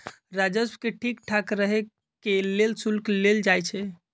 राजस्व के ठीक ठाक रहे के लेल शुल्क लेल जाई छई